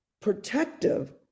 protective